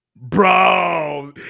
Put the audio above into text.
Bro